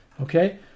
Okay